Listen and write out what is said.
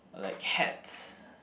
like hats